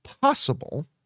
possible